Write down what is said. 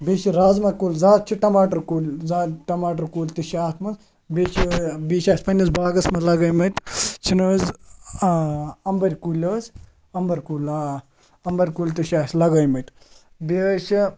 بیٚیہِ چھِ رازما کُلۍ زیادٕ چھِ ٹماٹر کُلۍ زیادٕ ٹماٹر کُلۍ تہِ چھِ اَتھ منٛز بیٚیہِ چھِ بیٚیہِ چھِ اَسہِ پَنٛنِس باغَس منٛز لَگٲمٕتۍ چھِنہٕ حظ آ اَمبٕرۍ کُلۍ حظ اَمبٕر کُل آ اَمبر کُلۍ تہِ چھِ اَسہِ لَگٲمٕتۍ بیٚیہِ حظ چھِ